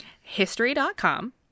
history.com